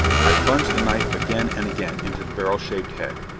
i plunged the knife again and again into the barrel-shaped head.